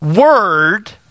word